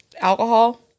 alcohol